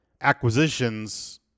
acquisitions